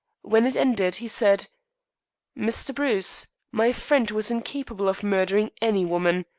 when it ended he said mr. bruce, my friend was incapable of murdering any woman.